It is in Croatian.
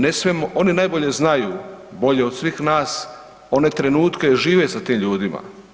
Ne smijemo, oni najbolje znaju bolje od svih nas one trenutke, žive sa tim ljudima.